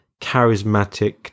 charismatic